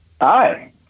Hi